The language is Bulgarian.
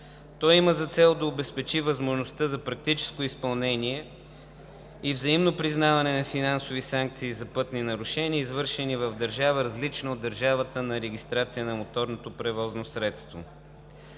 То има за цел да обезпечи възможността за практическо изпълнение и взаимно признаване на финансови санкции за пътни нарушения, извършени в държава, различна от държавата на регистрация на моторното превозно средство.